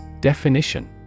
Definition